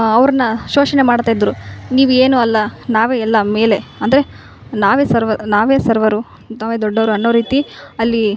ಅವರನ್ನ ಶೋಷಣೆ ಮಾಡ್ತಯಿದ್ದರು ನೀವು ಏನು ಅಲ್ಲ ನಾವೇ ಎಲ್ಲ ಮೇಲೆ ಅಂದರೆ ನಾವೆ ಸರ್ವ ನಾವೇ ಸರ್ವರು ನಾವೇ ದೊಡ್ಡೋರು ಅನ್ನೋ ರೀತಿ ಅಲ್ಲಿ